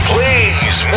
Please